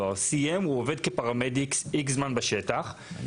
הוא קיבל תואר אקדמי,